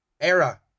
era